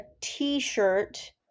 t-shirt